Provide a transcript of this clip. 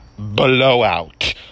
blowout